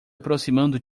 aproximando